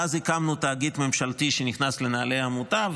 ואז הקמנו תאגיד ממשלתי שנכנס לנעלי העמותה,